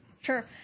Sure